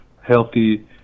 healthy